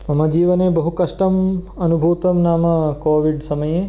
मम जीवने बहु कष्टम् अनूभूतं नाम कोविड् समये